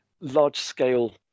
large-scale